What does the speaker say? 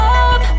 up